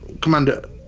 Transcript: Commander